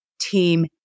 team